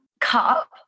cup